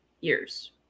years